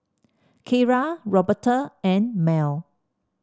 Keira Roberta and Mell